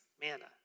manna